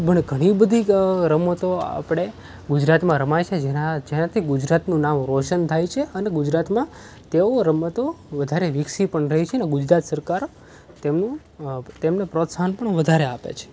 પણ ઘણી બધી રમતો આપણે ગુજરાતમાં રમાય છે જેનાંથી ગુજરાતનું નામ રોશન થાય છે અને ગુજરાતમાં તેઓ રમતો વધારે વિકસી પણ રહી છે ને ગુજરાત સરકાર તેમનું તેમને પ્રોત્સાહન પણ વધારે આપે છે